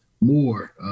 more